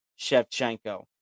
Shevchenko